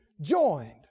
joined